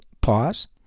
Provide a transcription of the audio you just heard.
pause